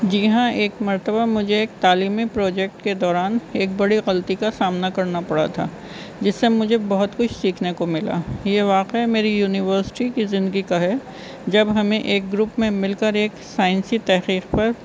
جی ہاں ایک مرتبہ مجھے ایک تعلیمی پروجیکٹ کے دوران ایک بڑی غلطی کا سامنا کرنا پڑا تھا جس سے مجھے بہت کچھ سیکھنے کو ملا یہ واقع میری یونیورسٹی کی زندگی کا ہے جب ہمیں ایک گروپ میں مل کر ایک سائنسی تحقیق پر